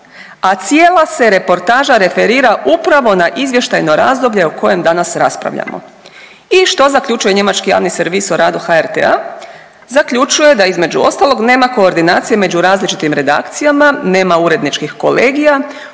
a cijela se reportaža referira upravo na izvještajno razdoblje o kojem danas raspravljamo. I što zaključuje njemački javni servis o radu HRT-a, zaključuje da između ostalog nema koordinacije među različitim redakcijama, nema uredničkih kolegija,